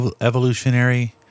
evolutionary